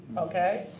okay?